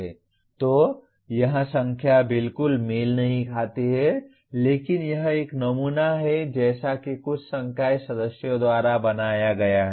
तो यहां संख्या बिल्कुल मेल नहीं खाती है लेकिन यह एक नमूना है जैसा कि कुछ संकाय सदस्यों द्वारा बनाया गया है